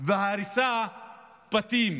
והריסת בתים,